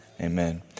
amen